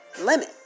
limit